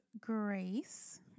grace